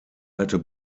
alte